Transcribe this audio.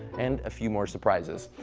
and a few more surprises.